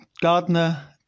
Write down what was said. Gardner